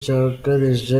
cyugarije